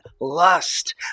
lust